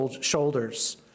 shoulders